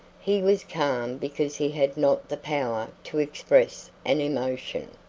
he was calm because he had not the power to express an emotion.